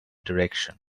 direction